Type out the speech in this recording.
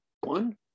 One